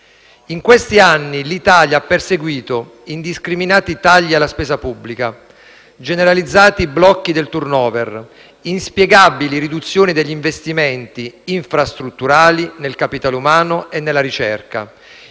In questi anni l'Italia ha perseguito indiscriminati tagli alla spesa pubblica, generalizzati blocchi del *turnover*, inspiegabili riduzione degli investimenti infrastrutturali nel capitale umano e nella ricerca;